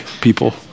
people